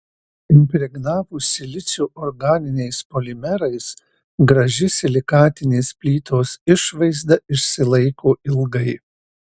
impregnavus silicio organiniais polimerais graži silikatinės plytos išvaizda išsilaiko ilgai